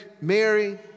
Mary